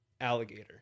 alligator